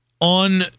on